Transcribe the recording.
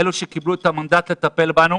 אלה שיקבלו את המנדט לטפל בנו